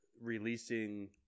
releasing